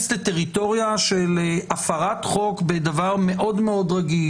לטריטוריה של הפרת חוק בדבר מאוד מאוד רגיש,